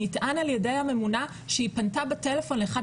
נטען ע"י הממונה שהיא פנתה בטלפון לאחד